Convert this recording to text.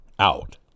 out